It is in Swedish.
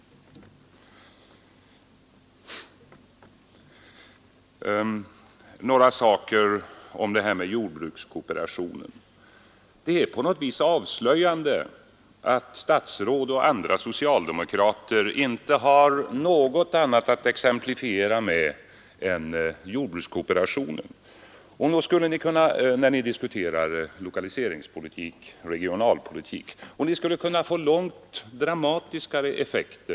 Några ord om det här med jordbrukskooperationen. Det är på något vis avslöjande att statsråd och andra socialdemokrater inte har något annat att exemplifiera med än jordbrukskooperationen när ni diskuterar lokaliseringspolitik och regionalpolitik. Ni skulle kunna åstadkomma långt mer dramatiska effekter.